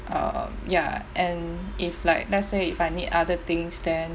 um ya and if like let's say if I need other things then